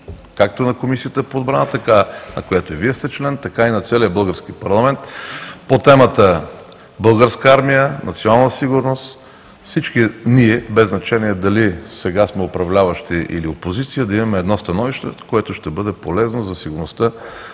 както на Комисията по отбрана, на която и Вие сте член, така и на целия български парламент по темата българска армия, национална сигурност, всички ние без значение дали сега сме управляващи или опозиция да имаме едно становище, което ще бъде полезно за сигурността